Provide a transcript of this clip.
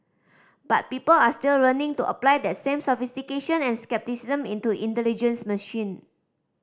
but people are still learning to apply that same sophistication and scepticism into intelligent machine